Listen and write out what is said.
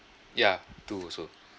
yeah two also